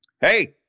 hey